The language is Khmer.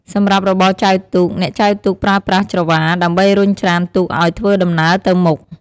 សម្រាប់របរចែវទូក អ្នកចែវទូកប្រើប្រាស់ ច្រវា ដើម្បីរុញច្រានទូកឲ្យធ្វើដំណើរទៅមុខ។